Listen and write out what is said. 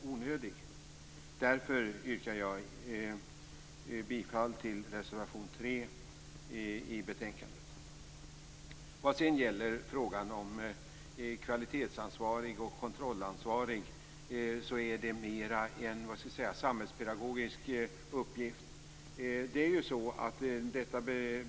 Därför yrkar jag bifall till reservation 3 i betänkandet. Frågan om kvalitetsansvarig och kontrollansvarig är mera en samhällspedagogisk uppgift.